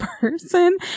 person